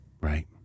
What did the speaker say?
Right